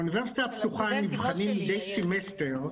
הזמנתם אותנו כדי להגיב,